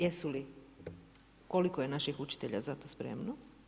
Jesu li, koliko je naših učitelja za to spremno?